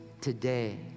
today